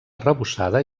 arrebossada